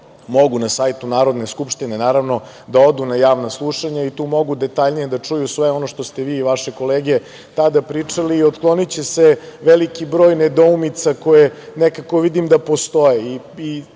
mogu na sajtu Narodne skupštine da odu na javna slušanja i tu mogu detaljnije da čuju sve ono što ste vi i vaše kolege tada pričali i otkloniće se veliki broj nedoumica, koje nekako vidim postoje.